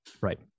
right